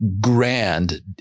grand